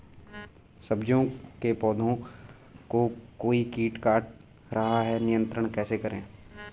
सब्जियों के पौधें को कोई कीट काट रहा है नियंत्रण कैसे करें?